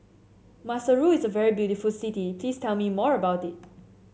maseru is a very beautiful city please tell me more about it